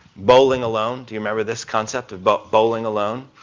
bowling alone do you remember this concept of but bowling alone?